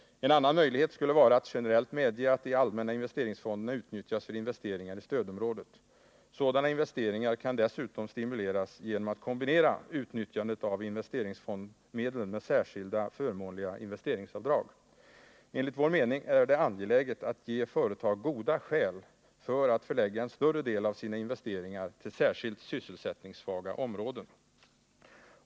En annan möjlighet skulle vara att generellt medge att de allmänna investeringsfonderna utnyttjas för investeringar i stödområdet. Sådana investeringar kan dessutom stimuleras genom att utnyttjandet av investeringsfondsmedlen kombineras med särskilt förmånliga investeringsavdrag. Enligt vår mening är det angeläget att ge företagen goda skäl för att förlägga en större del av sina investeringar till särskilt sysselsättningssvaga områden.